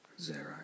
Zero